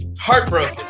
Heartbroken